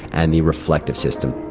and the reflective system.